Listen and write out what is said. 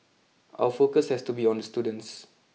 our focus has to be on the students